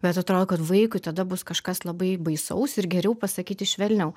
bet atrodo kad vaikui tada bus kažkas labai baisaus ir geriau pasakyti švelniau